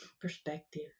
perspective